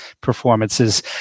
performances